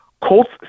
Colts